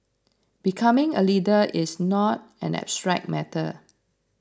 becoming a leader is not an abstract matter